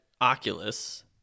Oculus